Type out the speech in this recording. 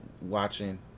watching